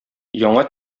яңа